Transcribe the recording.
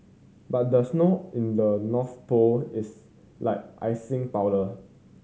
but the snow in the North Pole is like icing powder